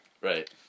Right